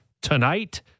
tonight